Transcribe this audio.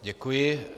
Děkuji.